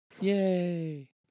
Yay